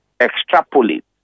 extrapolate